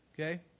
okay